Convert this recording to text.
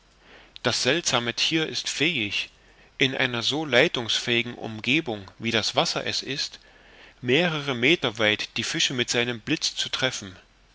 das seltsame thier ist fähig in einer so leitungsfähigen umgebung wie das wasser ist mehrere meter weit die fische mit seinem blitz zu treffen